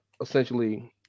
essentially